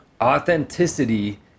Authenticity